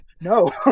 no